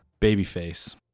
Babyface